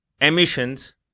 emissions